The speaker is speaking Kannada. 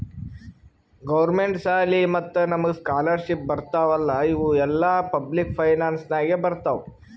ಗೌರ್ಮೆಂಟ್ ಸಾಲಿ ಮತ್ತ ನಮುಗ್ ಸ್ಕಾಲರ್ಶಿಪ್ ಬರ್ತಾವ್ ಅಲ್ಲಾ ಇವು ಎಲ್ಲಾ ಪಬ್ಲಿಕ್ ಫೈನಾನ್ಸ್ ನಾಗೆ ಬರ್ತಾವ್